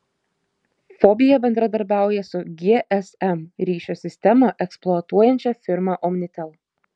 fobija bendradarbiauja su gsm ryšio sistemą eksploatuojančia firma omnitel